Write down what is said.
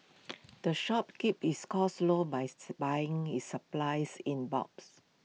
the shop keeps its costs low by buying its supplies in bulks